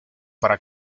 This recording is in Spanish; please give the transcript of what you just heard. para